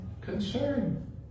Concern